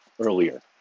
earlier